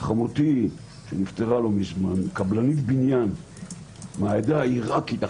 חמותי שנפטרה לא מזמן הייתה קבלנית בניין מהעדה העירקית,